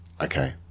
Okay